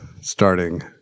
starting